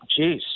Jeez